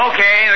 Okay